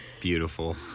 Beautiful